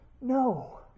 No